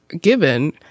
given